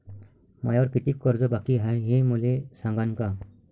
मायावर कितीक कर्ज बाकी हाय, हे मले सांगान का?